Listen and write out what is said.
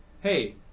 hey